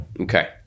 okay